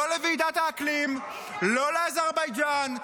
לא לוועידת האקלים ------- לא לאזרבייג'ן,